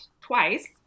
twice